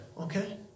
Okay